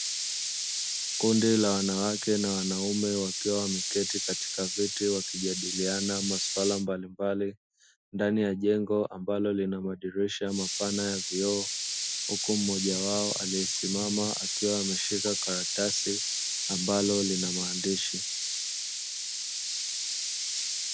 Kundi la wanawake na wanaume wakiwa wameketi katika viti wakijadiliana masuala mbalimbali ndani ya jengo ambalo lina madirisha mapana ya vioo, huku mmoja wao aliyesimama akiwa ameshika karatasi ambalo lina maandishi.